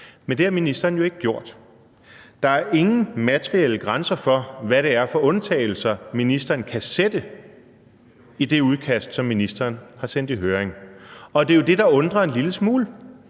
Men det har ministeren jo ikke gjort. Der er ingen materielle grænser for, hvad det er for undtagelser, ministeren kan sætte, i det udkast, som ministeren har sendt i høring, og det er jo det, der undrer en lille smule.